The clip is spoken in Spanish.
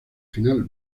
final